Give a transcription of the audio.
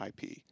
IP